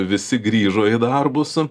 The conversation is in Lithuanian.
visi grįžo į darbus